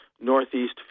Northeast